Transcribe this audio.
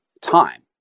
time